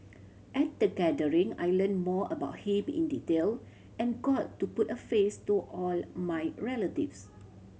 at the gathering I learnt more about him in detail and got to put a face to all my relatives